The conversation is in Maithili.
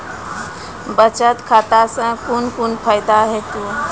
बचत खाता सऽ कून कून फायदा हेतु?